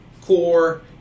core